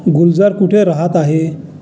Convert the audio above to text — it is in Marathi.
गुलजार कुठे राहत आहे